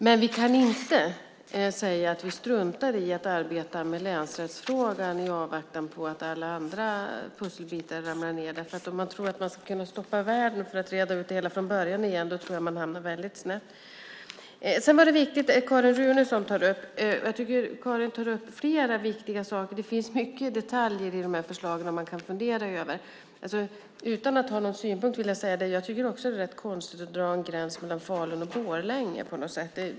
Men vi kan inte säga att vi struntar i att arbeta med länsrättsfrågan i avvaktan på att alla andra pusselbitar faller på plats. Om man tror att man ska kunna stoppa världen för att reda ut det hela från början igen tror jag att man hamnar väldigt snett. Sedan är det som Carin Runeson tar upp viktigt. Jag tycker att Carin tar upp flera viktiga saker. Det finns många detaljer i de här förslagen som man kan fundera över. Utan att ha någon synpunkt vill jag säga att jag tycker också att det verkar konstigt att dra en gräns mellan Falun och Borlänge.